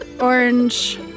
orange